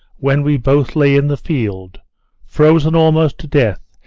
when we both lay in the field frozen almost to death,